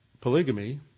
polygamy